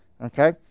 Okay